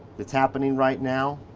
that's happening right now